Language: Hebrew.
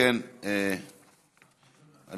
אתה